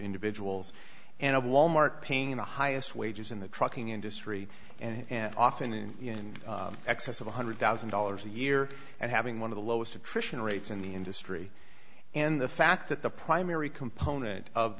individuals and a wal mart paying the highest wages in the trucking industry and often in excess of one hundred thousand dollars a year and having one of the lowest attrition rates in the industry and the fact that the primary component of